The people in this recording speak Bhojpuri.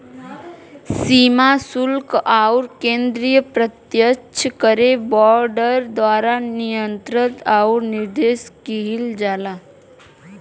सीमा शुल्क आउर केंद्रीय प्रत्यक्ष कर बोर्ड द्वारा नियंत्रण आउर निर्देशन किहल जाला